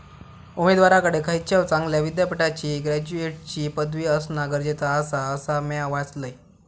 उमेदवाराकडे खयच्याव चांगल्या विद्यापीठाची ग्रॅज्युएटची पदवी असणा गरजेचा आसा, असा म्या वाचलंय